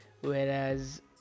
whereas